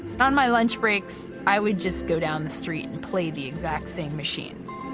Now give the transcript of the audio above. on my lunch breaks i would just go down the street and play the exact same machines.